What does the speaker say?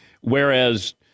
Whereas